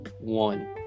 one